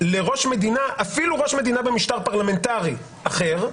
לראש מדינה, אפילו ראש מדינה במשטר פרלמנטרי אחר,